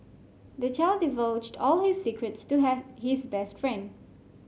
the child divulged all his secrets to has his best friend